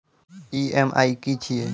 EMI की छिये?